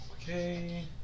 Okay